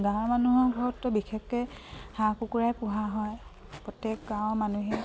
গাঁৱৰ মানুহৰ ঘৰততো বিশেষকৈ হাঁহ কুকুৰাই পোহা হয় প্ৰত্যেক গাঁৱৰ মানুহেই